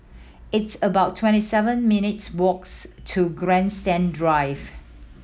it's about twenty seven minutes' walks to Grandstand Drive